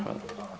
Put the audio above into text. Hvala.